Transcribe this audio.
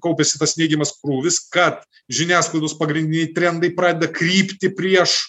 kaupiasi tas neigiamas krūvis kad žiniasklaidos pagrindiniai trendai pradeda krypti prieš